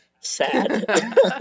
sad